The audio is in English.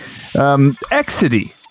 Exidy